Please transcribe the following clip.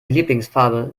lieblingsfarbe